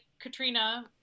Katrina